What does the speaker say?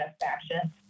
satisfaction